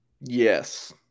Yes